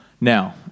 now